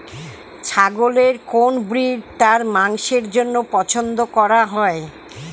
ছাগলের কোন ব্রিড তার মাংসের জন্য পছন্দ করা হয়?